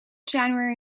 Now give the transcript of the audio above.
january